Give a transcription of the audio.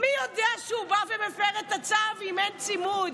מי יודע שהוא בא ומפר את הצו אם אין צימוד?